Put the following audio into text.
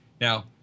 Now